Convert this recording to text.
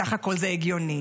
סך הכול זה הגיוני.